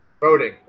Voting